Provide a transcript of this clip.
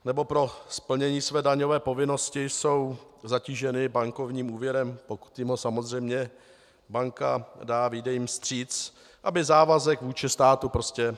Nebo pro splnění své daňové povinnosti jsou zatíženi bankovním úvěrem, pokud jim ho samozřejmě banka dá, vyjde jim vstříc, aby závazek vůči státu prostě splnili.